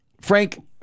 Frank